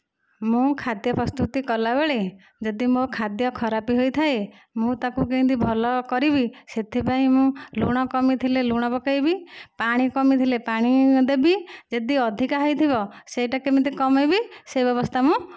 ମୁଁ ଖାଦ୍ୟ ପ୍ରସ୍ତୁତି କଲାବେଳେ ଯଦି ମୋ ଖାଦ୍ୟ ଖରାପ ହୋଇଥାଏ ମୁଁ ତାକୁ କେମିତି ଭଲ କରିବି ସେଥିପାଇଁ ମୁଁ ଲୁଣ କମ ଥିଲେ ଲୁଣ ପକାଇବି ପାଣି କମି ଥିଲେ ପାଣି ଦେବ ଯଦି ଅଧିକା ହୋଇଥିବ ସେହିଟା କେମିତି କମାଇବି ସେହି ବ୍ୟବସ୍ଥା ମୁଁ